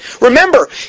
Remember